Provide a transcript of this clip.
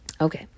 Okay